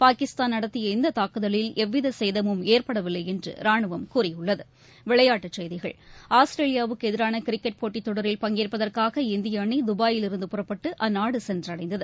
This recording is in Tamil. பாகிஸ்தான் நடத்திய இந்ததாக்குதலில் எவ்விதசேதமும் ஏற்படவில்லைஎன்றுராணுவம் கூறியுள்ளது ஆஸ்திரேலியாவுக்குஎதிராககிரிக்கெட் போட்டித் தொடரில் பங்கேற்பதற்காக இந்தியஅணிதுபாயிலிருந்து புறப்பட்டுஅந்நாடுசென்றடைந்தது